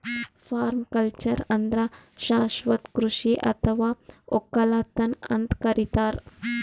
permaculture ಅಂದ್ರ ಶಾಶ್ವತ್ ಕೃಷಿ ಅಥವಾ ವಕ್ಕಲತನ್ ಅಂತ್ ಕರಿತಾರ್